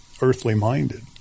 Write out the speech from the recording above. earthly-minded